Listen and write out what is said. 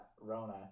Rona